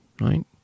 right